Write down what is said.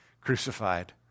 crucified